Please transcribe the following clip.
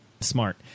smart